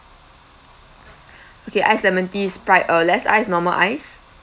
okay iced lemon tea sprite uh less ice normal ice